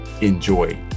enjoy